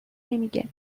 نمیگه